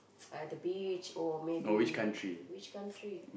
at the beach or maybe which country